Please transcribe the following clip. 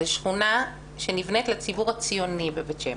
זאת שכנה שנבנית לציבור הציוני בבית שמש.